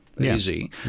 easy